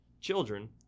children